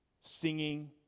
singing